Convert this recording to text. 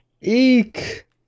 Eek